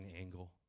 angle